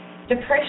Depression